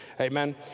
amen